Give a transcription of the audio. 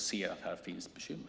Men här finns bekymmer.